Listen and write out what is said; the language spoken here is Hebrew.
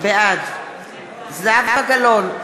בעד זהבה גלאון,